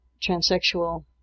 transsexual